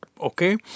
Okay